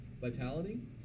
vitality